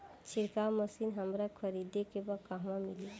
छिरकाव मशिन हमरा खरीदे के बा कहवा मिली?